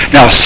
Now